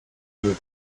mood